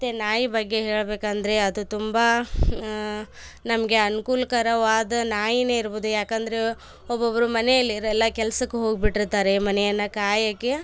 ಮತ್ತೆ ನಾಯಿ ಬಗ್ಗೆ ಹೇಳಬೇಕಂದ್ರೆ ಅದು ತುಂಬ ನಮಗೆ ಅನುಕೂಲ್ಕರವಾದ ನಾಯಿನೇ ಇರ್ಬೋದು ಯಾಕಂದ್ರೆ ಒಬ್ಬೊಬ್ರು ಮನೆಯಲ್ಲಿರಲ್ಲ ಕೆಲ್ಸಕ್ಕೆ ಹೋಗಿಬಿಟ್ಟಿರ್ತಾರೆ ಮನೆಯನ್ನು ಕಾಯೋಕೆ